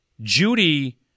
judy